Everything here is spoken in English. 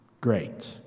great